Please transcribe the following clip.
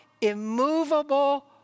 immovable